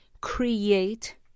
create